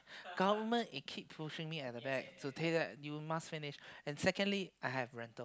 government it keep pushing me at the back to say that you must finish and secondly I have rental